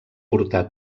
portar